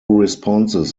responses